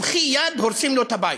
במחי יד, הורסים לו את הבית.